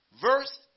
Verse